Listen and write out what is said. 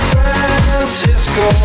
Francisco